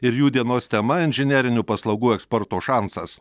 ir jų dienos tema inžinerinių paslaugų eksporto šansas